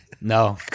No